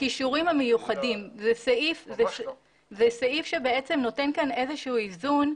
-- הכישורים המיוחדים זה סעיף שנותן כאן איזשהו איזון,